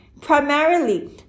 primarily